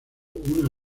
una